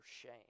shame